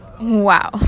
Wow